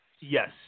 Yes